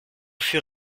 fur